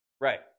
Right